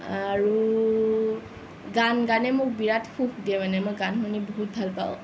আৰু গান গানে মোক বিৰাট সুখ দিয়ে মানে মই গান শুনি বহুত ভাল পাওঁ